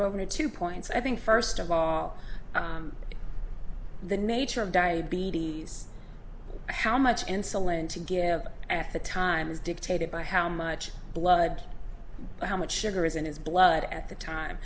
over two points i think first of all the nature of diabetes how much insulin to give at the time is dictated by how much blood how much sugar is in his blood at the time